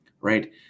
right